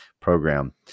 program